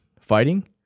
fighting